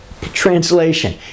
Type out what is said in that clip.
Translation